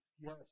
Yes